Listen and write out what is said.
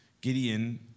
Gideon